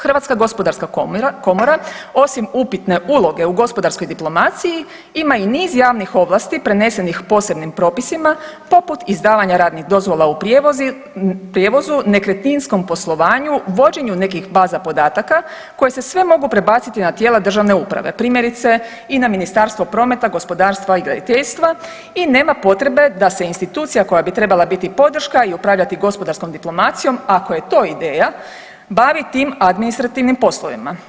HGK osim upitne uloge u gospodarskoj diplomaciji ima i niz javnih ovlasti prenesenih posebnim propisima poput izdavanja radnih dozvola u prijevozu, nekretninskom poslovanju, vođenju nekih baza podataka koje se sve mogu prebaciti na tijela državne uprave, i na Ministarstvo prometa, gospodarstva i graditeljstva i nema potrebe da se institucija koja bi trebala biti podrška i upravljati gospodarskom diplomacijom, ako je to ideja, baviti administrativnim poslovima.